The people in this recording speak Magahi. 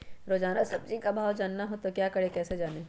रोजाना सब्जी का भाव जानना हो तो क्या करें कैसे जाने?